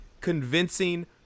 convincing –